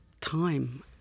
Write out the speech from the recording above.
time